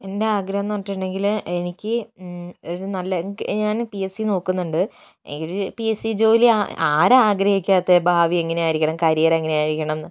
എൻ്റെ ആഗ്രഹമെന്ന് പറഞ്ഞിട്ടുണ്ടെങ്കിൽ എനിക്ക് ഒരു നല്ല ഞാൻ പി എസ് സി നോക്കുന്നുണ്ട് ഒരു പി എസ് സി ജോലി ആരാണ് ആഗ്രഹിക്കാത്തത് ഭാവി എങ്ങനെയായിരിക്കണം കരിയർ എങ്ങനെയായിരിക്കണം എന്ന്